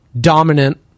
Dominant